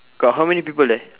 got how many people there